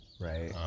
right